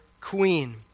queen